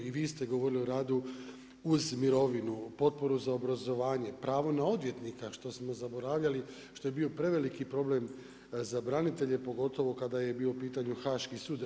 I vi ste govorili o radu uz mirovinu, potporu za obrazovanje, pravo na odvjetnika, što smo zaboravljali, što je bio preveliki problem za branitelje, pogotovo kada je bio u pitanju Haški sud.